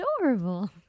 adorable